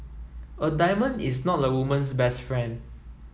a diamond is not a woman's best friend